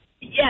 Yes